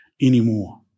anymore